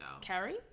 Carrie